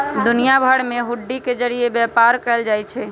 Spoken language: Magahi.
दुनिया भर में हुंडी के जरिये व्यापार कएल जाई छई